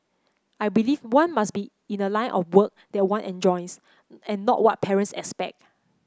I believe one must be in a line of work that one enjoys and not what parents expect